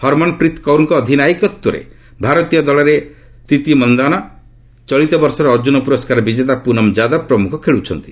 ହରମନପ୍ରିତ୍ କୌରଙ୍କ ଅଧିନାୟକତ୍ୱରେ ଭାରତୀୟ ଦଳରେ ସ୍କ୍ରିତି ମନ୍ଧାନା ଚଳିତ ବର୍ଷର ଅର୍ଜ୍ଜୁନ ପୁରସ୍କାର ବିଜେତା ପୁନମ ଯାଦବ ପ୍ରମୁଖ ଖେଳୁଛନ୍ତି